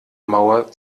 mauer